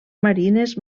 marines